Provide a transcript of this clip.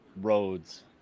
roads